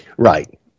Right